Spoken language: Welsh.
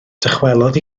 dychwelodd